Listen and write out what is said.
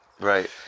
Right